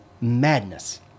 madness